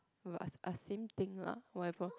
are are same things lah whatever